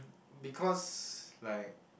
because like